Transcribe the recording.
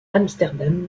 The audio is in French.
amsterdam